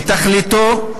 מתכליתו,